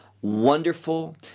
wonderful